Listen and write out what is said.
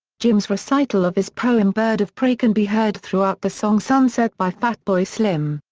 jim's recital of his poem bird of prey can be heard throughout the song sunset by fatboy slim.